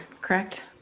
correct